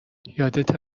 یادته